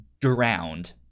drowned